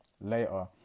later